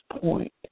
point